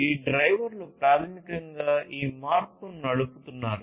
ఈ డ్రైవర్లు ప్రాథమికంగా ఈ మార్పును నడుపుతున్నారు